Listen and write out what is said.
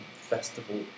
festival